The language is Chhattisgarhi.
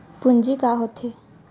पूंजी का होथे?